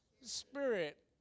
spirit